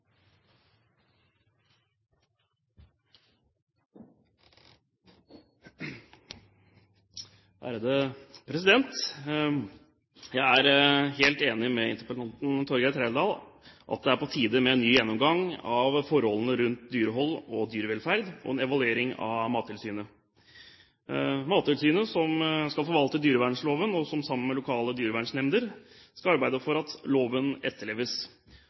på rapporter. Jeg er helt enig med interpellanten, Torgeir Trældal, i at det er på tide med en ny gjennomgang av forholdene rundt dyrehold og dyrevelferd og en evaluering av Mattilsynet. Mattilsynet skal forvalte dyrevernsloven og skal sammen med lokale dyrevernsnemnder arbeide for at loven etterleves.